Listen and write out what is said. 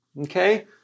okay